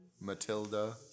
Matilda